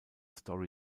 story